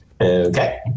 Okay